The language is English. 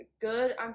good